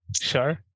sure